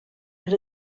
and